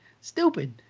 stupid